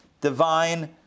divine